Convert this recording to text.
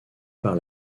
par